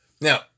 Now